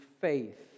faith